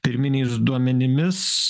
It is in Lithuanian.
pirminiais duomenimis